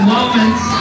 Moments